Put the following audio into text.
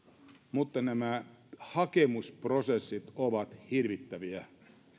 mutta nämä hakemusprosessit ovat hirvittäviä